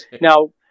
now